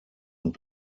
und